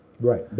Right